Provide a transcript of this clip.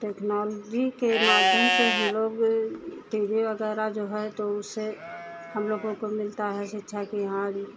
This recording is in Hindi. टेक्नोलॉजी के माध्यम से हमलोग टी वी वग़ैरह जो है तो उससे हमलोगों को मिलती है शिक्षा कि हम